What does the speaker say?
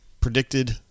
predicted